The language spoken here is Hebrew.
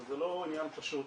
זה לא ענין פשוט